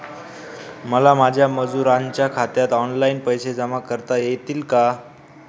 मला माझ्या मजुरांच्या खात्यात ऑनलाइन पैसे जमा करता येतील का?